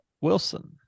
Wilson